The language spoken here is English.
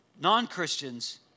non-Christians